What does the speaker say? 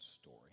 story